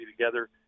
together